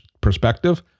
perspective